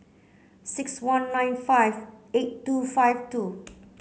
six one nine five eight two five two